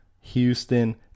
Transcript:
Houston